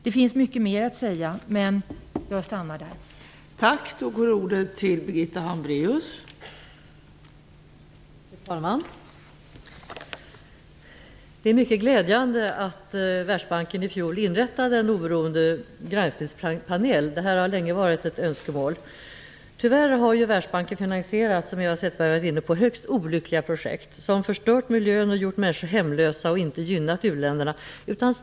Det finns mycket mer att säga, men jag nöjer mig med detta nu.